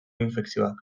infekzioak